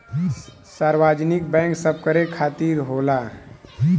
सार्वजनिक बैंक सबकरे खातिर होला